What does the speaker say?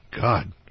God